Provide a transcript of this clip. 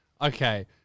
Okay